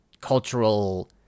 cultural